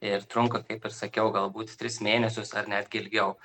ir trunka kaip ir sakiau galbūt tris mėnesius ar netgi ilgiau